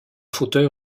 fauteuil